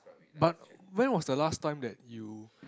but when was the last time that you